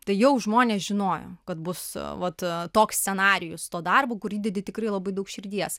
tai jau žmonės žinojo kad bus vat toks scenarijus to darbo kur įdedi tikrai labai daug širdies